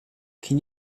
can